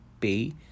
pay